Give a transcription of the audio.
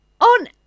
on